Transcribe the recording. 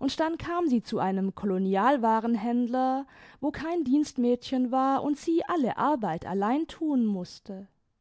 und dann kam sie zu einem kolonialwarenhändler wo kein dienstmädchen war imd sie alle arbeit allein tun mußte